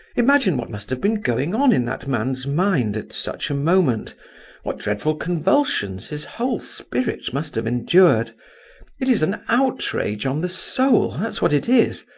imagine what must have been going on in that man's mind at such a moment what dreadful convulsions his whole spirit must have endured it is an outrage on the soul that's what it is.